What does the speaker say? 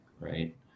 right